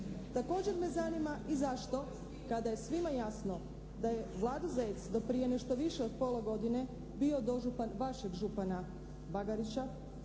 Također me zanima i zašto kada je svima jasno da je Vlado Zec do prije nešto više od pola godine bio dožupan vašeg župana Bagarića